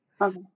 Okay